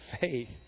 faith